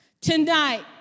tonight